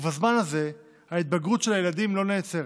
ובזמן הזה ההתבגרות של הילדים לא נעצרת,